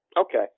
Okay